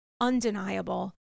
undeniable